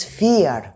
fear